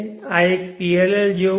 આ એક PLL જેવું છે